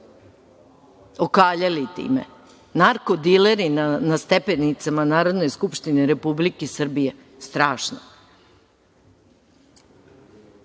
okaljali time. Narko dileri na stepenicama Narodne skupštine Republike Srbije, strašno.